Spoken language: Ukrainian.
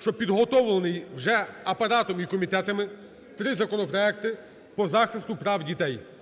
що підготовлено вже Апаратом і комітетами три законопроекти по захисту прав дітей.